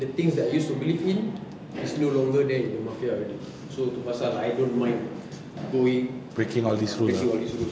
the things that I used to believe in is no longer there in mafia already so tu pasal I don't mind going a'ah breaking all these rules